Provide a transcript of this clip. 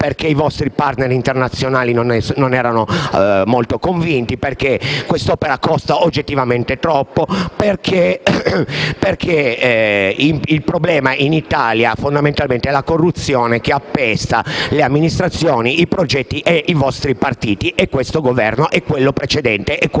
perché i vostri *partner* internazionali non erano molto convinti; perché quest'opera costa oggettivamente troppo; perché il problema in Italia è fondamentalmente la corruzione che appesta le amministrazioni, i progetti, i vostri partiti, questo Governo e quello precedente ancora.